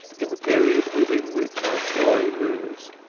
in the period within which our story moves,